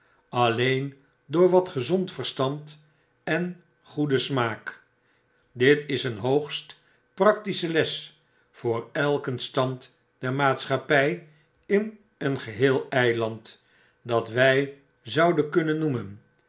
alleen door wat gezond verstand en goeden smaak dit is een hoogst practische les voor elken stand der maatschappij in een geheel eiland dat wij zouden kunnen noemen